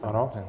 Ano.